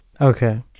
Okay